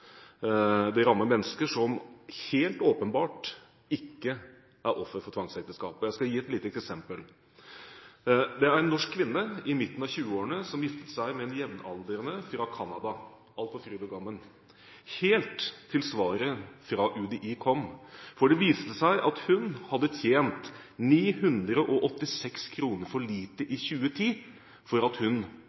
Det rammer mennesker som helt åpenbart ikke er offer for tvangsekteskap. Jeg skal gi et lite eksempel. En norsk kvinne i midten av 20-årene giftet seg med en jevnaldrende fra Canada. Alt var fryd og gammen, helt til svaret fra UDI kom. Det viste seg at hun hadde tjent 986 kr for lite i 2010 til at hun